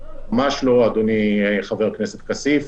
ממש לא, אדוני חבר הכנסת כסיף.